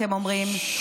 אתם אומרים,